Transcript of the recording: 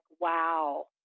wow